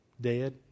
Dead